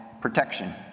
protection